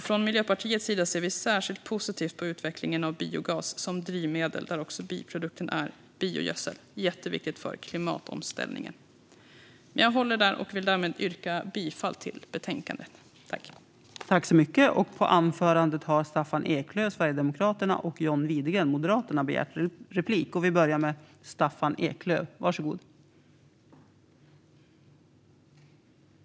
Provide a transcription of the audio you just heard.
Från Miljöpartiets sida ser vi särskilt positivt på utvecklingen av biogasen som drivmedel, där biprodukten är biogödsel. Det är jätteviktigt för klimatomställningen. Jag vill därmed yrka bifall till utskottets förslag.